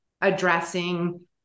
addressing